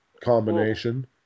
combination